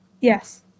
Yes